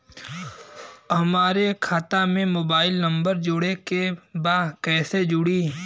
हमारे खाता मे मोबाइल नम्बर जोड़े के बा कैसे जुड़ी?